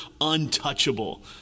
untouchable